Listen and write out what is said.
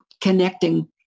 connecting